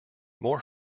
more